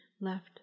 left